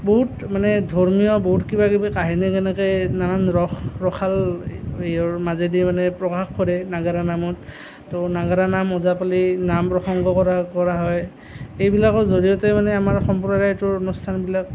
বহুত মানে ধৰ্মীয় বহুত কিবা কিবি কাহিনী তেনেকেই নানান ৰস ৰসাল হেৰিয়ৰ মাজেদি মানে প্ৰকাশ কৰে নাগাৰা নাম তো নাগাৰা নাম ওজাপালি নাম প্ৰসংগ কৰা কৰা হয় এইবিলাকৰ জড়িয়তে মানে আমাৰ সম্প্ৰদায়টোৰ অনুষ্ঠানবিলাক